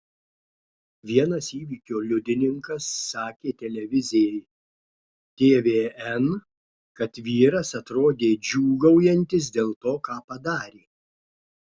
vienas įvykio liudininkas sakė televizijai tvn kad vyras atrodė džiūgaujantis dėl to ką padarė